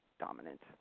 dominant